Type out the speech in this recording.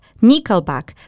Nickelback